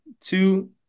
two